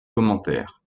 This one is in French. commentaires